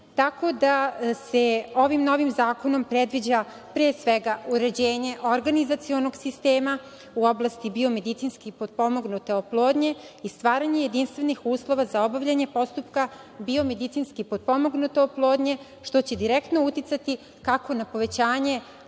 tako da se ovim novim zakonom predviđa, pre svega, uređenje organizacionog sistema u oblasti biomedicinski potpomognute oplodnje i stvaranje jedinstvenih uslova za obavljanje postupka biomedicinski potpomognute oplodnje, što će direktno uticati kako na povećanje